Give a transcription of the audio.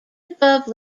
above